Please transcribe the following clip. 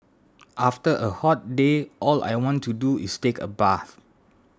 after a hot day all I want to do is take a bath